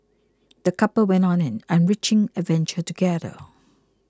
the couple went on an enriching adventure together